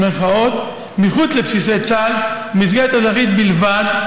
מחוץ לבסיסי צה"ל ובמסגרת אזרחית בלבד,